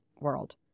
world